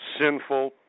Sinful